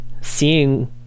seeing